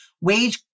wage